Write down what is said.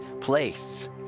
place